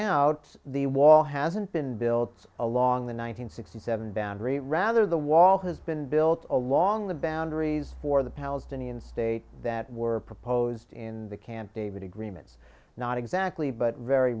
out the wall hasn't been built along the one hundred sixty seven boundary rather the wall has been built along the batteries for the palestinian state that were proposed in the camp david agreements not exactly but very